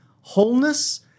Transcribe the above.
wholeness